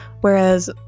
whereas